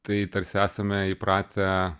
tai tarsi esame įpratę